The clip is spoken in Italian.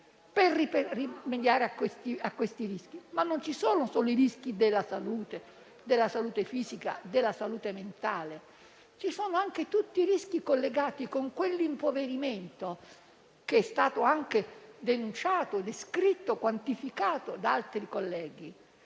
per rimediare a questi rischi? E non ci sono solo i rischi della salute fisica e della salute mentale; ci sono anche tutti i rischi collegati a quell'impoverimento che è stato denunciato, descritto, quantificato da altri colleghi.